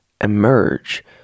emerge